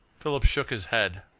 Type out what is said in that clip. philip shook his head.